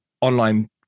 online